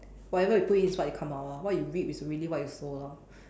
whatever you put in is what will come out lor what you reap is really what you sow lor